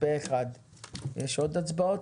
הצבעה סעיף 116 אושר יש עוד הצבעות?